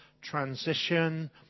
transition